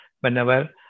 whenever